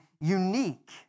unique